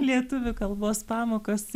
lietuvių kalbos pamokos